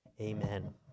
Amen